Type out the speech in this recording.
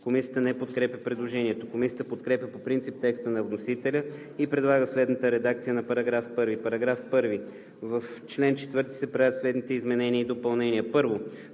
Комисията не подкрепя предложението. Комисията подкрепя по принцип текста на вносителя и предлага следната редакция на § 1: „§ 1. В чл. 4 се правят следните изменения и допълнения: